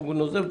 הוא נוזף בך.